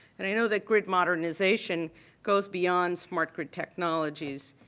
and i know that grid modernization goes beyond smart grid technologies.